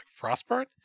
frostburn